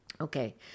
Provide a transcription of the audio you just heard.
Okay